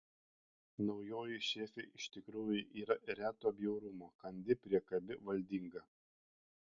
naujoji šefė iš tikrųjų yra reto bjaurumo kandi priekabi valdinga